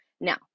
Now